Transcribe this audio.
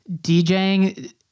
DJing